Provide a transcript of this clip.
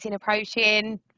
approaching